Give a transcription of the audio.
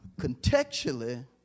contextually